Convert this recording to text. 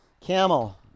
camel